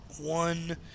one